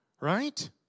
Right